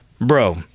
Bro